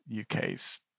UK's